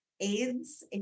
AIDS